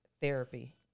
Therapy